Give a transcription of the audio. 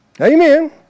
Amen